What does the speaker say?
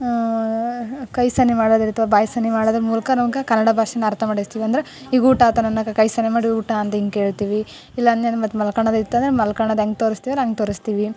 ಕೈ ಸನ್ನೆ ಮಾಡೋದಿರ್ತವೆ ಬಾಯಿ ಸನ್ನೆ ಮಾಡೋದ್ರ ಮೂಲಕ ನಮ್ಗೆ ಕನ್ನಡ ಭಾಷೆನ ಅರ್ಥ ಮಾಡಿಸ್ತೀವಿ ಅಂದ್ರೆ ಈಗ ಊಟ ಆತೇನು ಅನ್ನೋಕೆ ಕೈ ಸನ್ನೆ ಮಾಡಿ ಊಟ ಅಂದು ಹಿಂಗೆ ಕೇಳ್ತೀವಿ ಇಲ್ಲ ಅನ್ಯಂದು ಮತ್ತೆ ಮಲ್ಕೊಳ್ಳೋದು ಇತ್ತಂದ್ರ ಮಲ್ಕೊಳ್ಳೋದು ಹೆಂಗೆ ತೋರಿಸ್ತೀವಲ್ಲ ಹಂಗೆ ತೋರಿಸ್ತೀವಿ